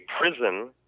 prison